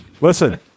Listen